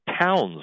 towns